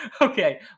okay